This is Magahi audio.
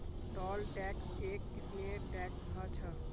टोल टैक्स एक किस्मेर टैक्स ह छः